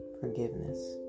forgiveness